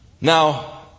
Now